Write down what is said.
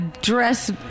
Dress